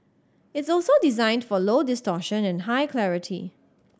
it's also designed for low distortion and high clarity